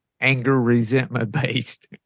anger-resentment-based